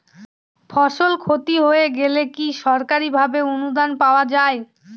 ফসল ক্ষতি হয়ে গেলে কি সরকারি ভাবে অনুদান পাওয়া য়ায়?